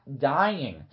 dying